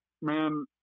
man